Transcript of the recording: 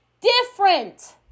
different